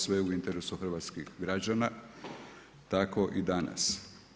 Sve u interesu hrvatskih građana tako i danas.